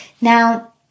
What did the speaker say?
Now